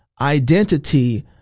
identity